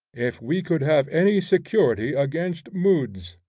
if we could have any security against moods!